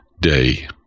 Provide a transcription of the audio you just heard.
day